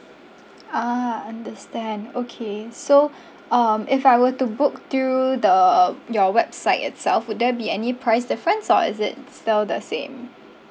ah understand okay so um if I were to book through the your website itself would there be any price difference or is it still the same